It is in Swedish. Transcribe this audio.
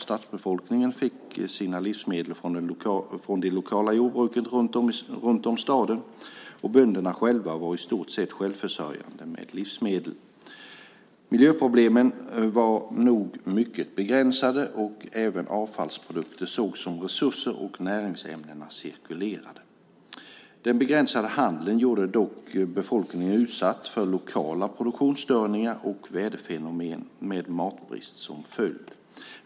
Stadsbefolkningen fick sina livsmedel från de lokala jordbruken runtom staden, och bönderna själva var i stort sett självförsörjande med livsmedel. Miljöproblemen var nog mycket begränsade och även avfallsprodukter sågs som resurser och näringsämnena cirkulerade. Den begränsade handeln gjorde dock befolkningen utsatt för lokala produktionsstörningar och väderfenomen med matbrist som följd.